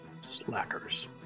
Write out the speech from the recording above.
Slackers